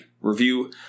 review